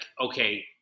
okay